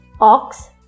Ox